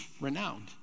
Renowned